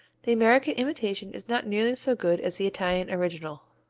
the american imitation is not nearly so good as the italian original.